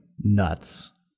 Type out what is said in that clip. nuts